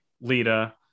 Lita